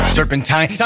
Serpentine